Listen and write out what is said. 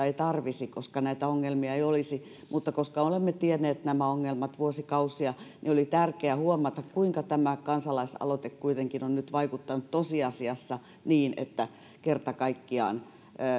ei edes tarvittaisi koska näitä ongelmia ei olisi mutta koska olemme tienneet nämä ongelmat vuosikausia niin oli tärkeää huomata kuinka tämä kansalaisaloite kuitenkin on nyt vaikuttanut tosiasiassa niin että kerta kaikkiaan